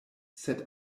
sed